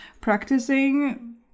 practicing